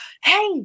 Hey